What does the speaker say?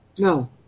No